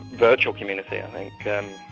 virtual community i and